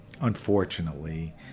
unfortunately